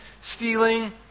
stealing